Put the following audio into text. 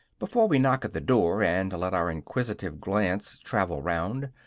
before we knock at the door, and let our inquisitive glance travel round,